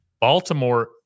Baltimore